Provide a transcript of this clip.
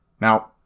Now